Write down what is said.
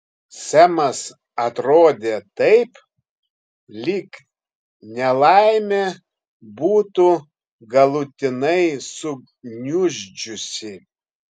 semas atrodė taip lyg nelaimė būtų galutinai sugniuždžiusi